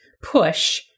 push